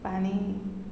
ପାଣି